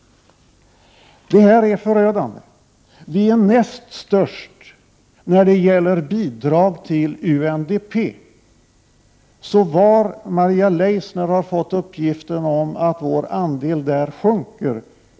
Detta är förödande. Vi är näst störst när det gäller bidrag till UNDP — så jag förstår inte varifrån Maria Leissner har fått uppgiften att vår andel där sjunker.